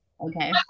okay